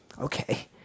Okay